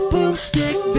Boomstick